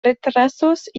retrasos